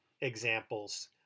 examples